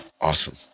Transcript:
Awesome